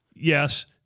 Yes